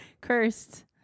Cursed